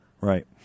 right